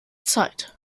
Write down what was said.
zeit